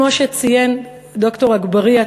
כמו שציין ד"ר אגבאריה,